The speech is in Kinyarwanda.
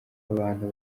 abantu